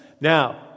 Now